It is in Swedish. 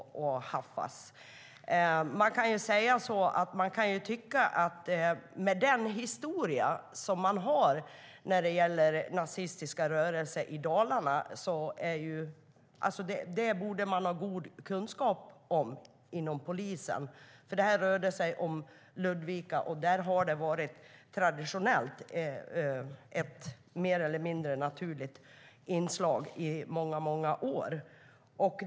Med tanke på den historia som finns när det gäller nazistiska rörelser i Dalarna borde man ha god kunskap om detta inom polisen. Det här var i Ludvika, och där har detta traditionellt varit ett mer eller mindre naturligt inslag i många år.